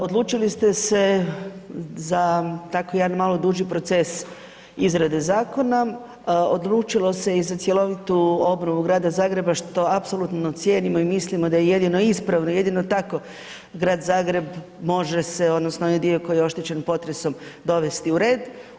Odlučili ste se za tako jedan malo duži proces izrade zakona, odlučilo se i za cjelovitu obnovu Grada Zagreba što apsolutno cijenimo i mislimo da je jedino ispravno i jedino tako Grad Zagreb može se odnosno onaj dio koji je oštećen potresom dovesti u red.